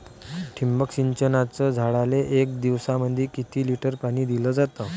ठिबक सिंचनानं झाडाले एक दिवसामंदी किती लिटर पाणी दिलं जातं?